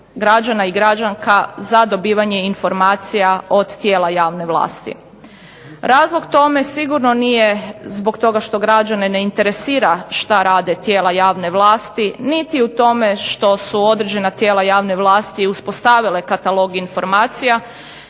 građana i građanki za dobivanje informacija od tijela javne vlasti. Razlog tome sigurno nije zbog toga što građane ne interesira što rade tijela javne vlasti niti u tome što su određena tijela javne vlasti uspostavile katalog informacija